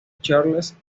charles